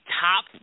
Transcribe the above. top